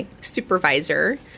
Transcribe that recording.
supervisor